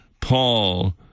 Paul